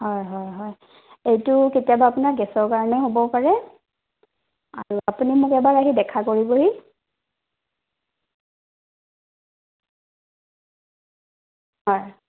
হয় হয় হয় এইটো কেতিয়াবা আপোনাৰ গেছৰ কাৰণেও হ'ব পাৰে আৰু আপুনি মোক এবাৰ আহি দেখা কৰিবহি হয়